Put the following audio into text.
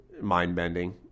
Mind-bending